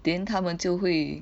then 他们就会